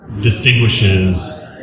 distinguishes